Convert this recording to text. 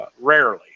rarely